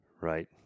Right